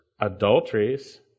adulteries